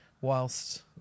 whilst